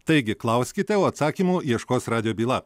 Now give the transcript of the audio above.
taigi klauskite o atsakymo ieškos radijo byla